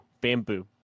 bamboo